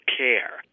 care